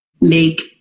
make